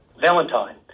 Valentine